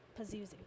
Pazuzu